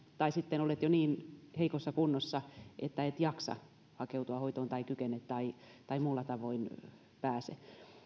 tai sitten olet jo niin heikossa kunnossa että et jaksa hakeutua hoitoon tai kykene tai tai muulla tavoin pääse